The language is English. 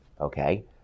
Okay